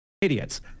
idiots